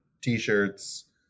t-shirts